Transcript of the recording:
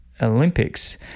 olympics